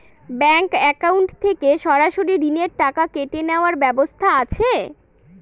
Bank account থেকে সরাসরি ঋণের টাকা কেটে নেওয়ার ব্যবস্থা আছে?